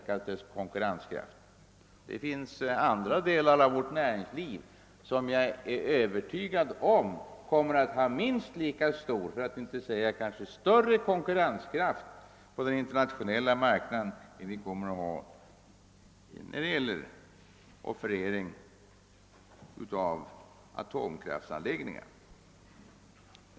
Jag är övertygad om att det finns sådana som har minst lika stor om inte större konkurrenskraft på den internationella marknaden än den vi kommer att ha när det gäller offerering av atomkraftsanläggningar.